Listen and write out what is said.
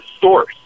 source